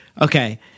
Okay